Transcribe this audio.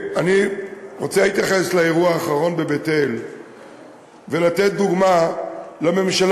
אני רוצה להתייחס לאירוע האחרון בבית-אל ולתת דוגמה לממשלה,